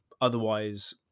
Otherwise